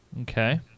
Okay